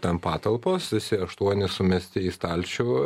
ten patalpos visi aštuoni sumesti į stalčių